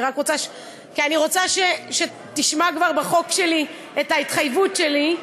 כי אני רוצה שתשמע כבר בהצגת החוק שלי את ההתחייבות שלי.